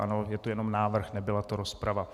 Ano, je to jenom návrh, nebyla to rozprava.